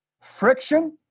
friction